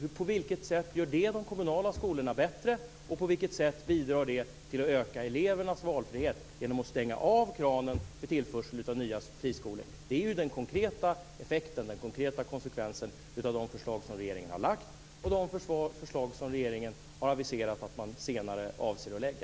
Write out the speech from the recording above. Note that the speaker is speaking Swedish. På vilket sätt gör det de kommunala skolorna bättre, och på vilket sätt bidrar det till att öka elevernas valfrihet att man stänger av kranen för tillförsel av nya friskolor? Det är den konkreta konsekvensen av de förslag som regeringen har lagt och de förslag som regeringen har aviserat att man senare avser att lägga.